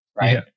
Right